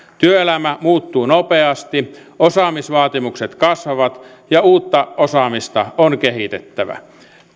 työelämä muuttuu nopeasti osaamisvaatimukset kasvavat ja uutta osaamista on kehitettävä